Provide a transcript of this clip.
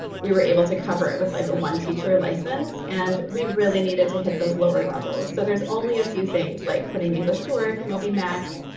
we were able to cover it with like a one teacher license and we really needed to hit those lower levels. so there's only a few things like putting english to work, mobymax,